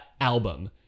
album